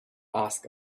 ask